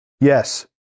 Yes